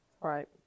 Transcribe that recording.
right